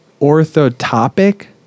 orthotopic